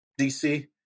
DC